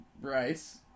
rice